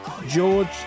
George